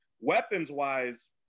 Weapons-wise